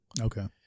Okay